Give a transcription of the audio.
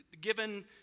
given